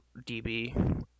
DB